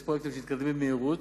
יש פרויקטים שמתקדמים במהירות,